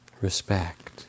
respect